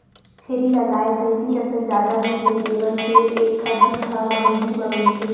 छेरी ह गाय, भइसी असन जादा दूद नइ देवय फेर एखर दूद ह महंगी म मिलथे